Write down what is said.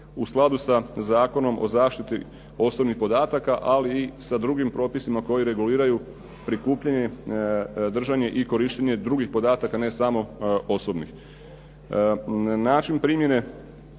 u skladu sa Zakonom o zaštiti osobnih podataka, ali i sa drugim propisima koji reguliraju prikupljanje, držanje i korištenje drugih podataka, ne samo osobnih. Način primjene